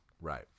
Right